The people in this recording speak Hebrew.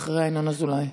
ואחריה, ינון אזולאי.